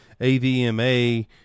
AVMA